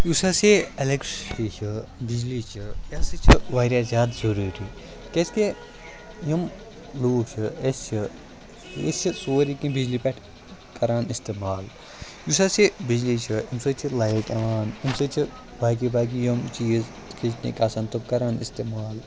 یُس ہَسا یہِ الیٚکٹرٛسٹی چھِ بجلی چھِ یہِ ہَسا چھِ واریاہ زیادٕ ضروٗری کیٛازکہِ یِم لوٗکھ چھِ أسۍ چھِ أسۍ چھِ سورُے کیٚنٛہہ بجلی پٮ۪ٹھ کَران استعمال یُس ہسا یہِ بِجلی چھِ اَمہِ سۭتۍ چھِ لایِٹ یِوان اَمہِ سۭتۍ چھِ باقٕے باقٕے یِم چیٖز کِچنٕکۍ آسان تِم کَران استعمال